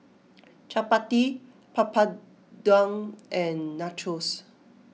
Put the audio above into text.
Chapati Papadum and Nachos